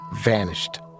vanished